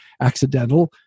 accidental